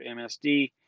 MSD